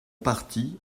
partit